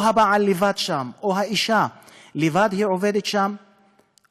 או הבעל לבד שם או האישה עובדת שם לבד,